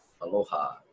aloha